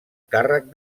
càrrec